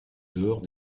dehors